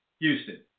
Houston